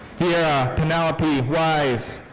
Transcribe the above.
vera penelope weis.